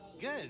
Good